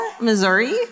Missouri